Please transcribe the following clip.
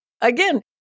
Again